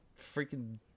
freaking